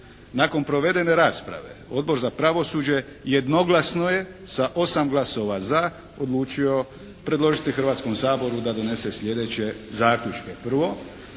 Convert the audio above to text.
Nakon provedene rasprave Odbor za pravosuđe jednoglasno je sa 8 glasova za odlučio predložiti Hrvatskom saboru da donese slijedeće zaključke: